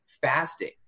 fasting